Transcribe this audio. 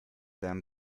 them